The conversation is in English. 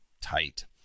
tight